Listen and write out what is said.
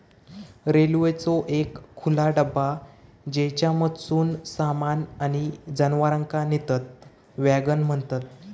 रेल्वेचो एक खुला डबा ज्येच्यामधसून सामान किंवा जनावरांका नेतत वॅगन म्हणतत